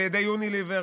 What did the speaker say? על ידי יוניליוור.